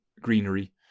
greenery